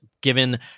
given